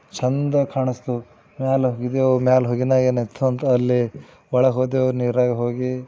ಚೆಂದ ಕಾಣಿಸ್ತು ಮ್ಯಾಲ ಹೋಗಿದ್ದೆವು ಮ್ಯಾಲ ಹೋಗಿದ್ದಾಗ ಏನಾಯಿತು ಅಂದ್ರೆ ಅಲ್ಲಿ ಒಳಗೆ ಹೋದೆವು ನೀರಾಗಿ ಹೋಗಿ